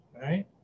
right